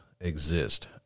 exist